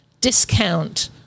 discount